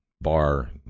bar